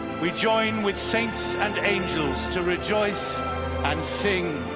we join with saints and angels to rejoice and sing.